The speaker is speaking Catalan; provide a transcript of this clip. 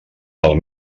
pel